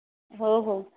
ହଉ ହଉ